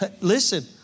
listen